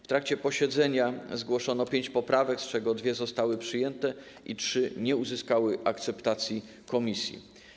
W trakcie posiedzenia zgłoszono pięć poprawek, z czego dwie zostały przyjęte, a trzy nie uzyskały akceptacji komisji.